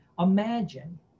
Imagine